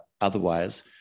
otherwise